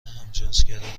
همجنسگرایان